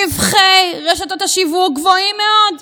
רווחי רשתות השיווק גבוהים מאוד,